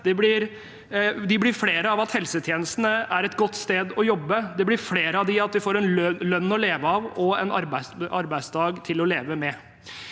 De blir flere ved at helsetjenestene er et godt sted å jobbe. De blir flere ved at de får en lønn å leve av og en arbeidsdag til å leve med.